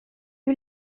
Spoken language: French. fut